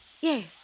Yes